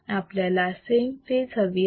आपल्याला same phase हवी आहे